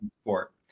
sport